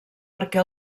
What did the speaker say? perquè